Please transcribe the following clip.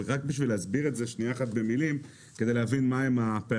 אבל רק להסביר את זה שניה אחת במילים כדי להבין מה הם הפערים.